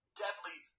deadly